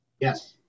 Yes